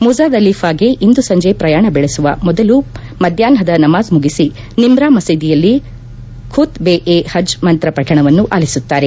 ಮುಜ್ದಲಿಫಾಗೆ ಇಂದು ಸಂಜೆ ಪ್ರಯಾಣ ಬೆಳೆಸುವ ಮೊದಲು ಮಧ್ಯಾಹ್ನದ ನಮಾಜ್ ಮುಗಿಸಿ ನಿಮ್ತಾ ಮಸೀದಿಯಲ್ಲಿ ಖುತ್ ಬೆ ಎ ಪಜ್ ಮಂತ್ರ ಪಕಣವನ್ನು ಆಲಿಸುತ್ತಾರೆ